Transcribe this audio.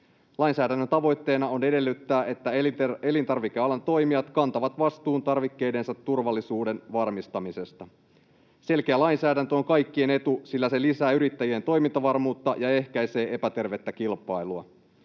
Lainsäädännön tavoitteena on edellyttää, että elintarvikealan toimijat kantavat vastuun tarvikkeidensa turvallisuuden varmistamisesta. Selkeä lainsäädäntö on kaikkien etu, sillä se lisää yrittäjien toimintavarmuutta ja ehkäisee epätervettä kilpailua.